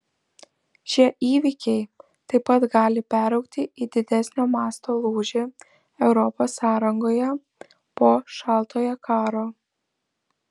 šie įvykiai taip pat gali peraugti į didesnio masto lūžį europos sąrangoje po šaltojo karo